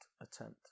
attempt